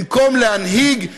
במקום להנהיג,